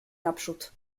naprzód